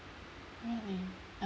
really a~